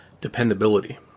dependability